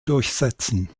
durchsetzen